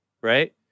right